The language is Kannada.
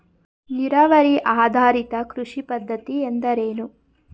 ನೀರಾವರಿ ಆಧಾರಿತ ಕೃಷಿ ಪದ್ಧತಿ ಎಂದರೇನು?